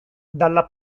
dalla